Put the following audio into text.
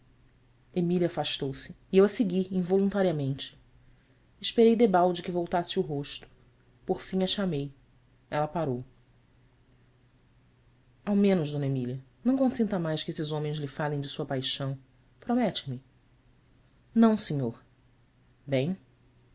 emília afastou-se e eu a segui involuntariamente esperei debalde que voltasse o rosto por fim a chamei ela parou o menos d emília não consinta mais que esses homens lhe falem de sua paixão romete me ão senhor em